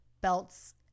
belts